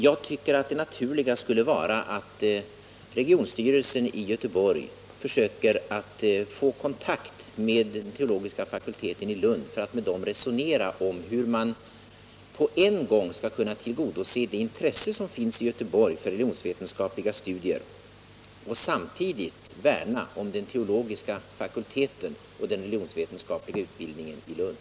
Jag tycker att det naturliga skulle vara att regionstyrelsen i Göteborg försökte ta kontakt med den teologiska fakulteten i Lund för att resonera om hur man skall kunna tillgodose det intresse som finns i Göteborg för religionsvetenskapliga studier och samtidigt värna om den teologiska fakulteten och den religionsvetenskapliga utbildningen i Lund.